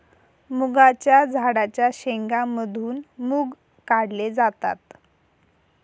मुगाच्या झाडाच्या शेंगा मधून मुग काढले जातात